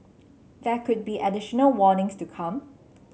there could be additional warnings to come